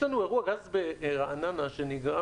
יש לנו אירוע גז ברעננה שנגרם